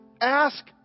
ask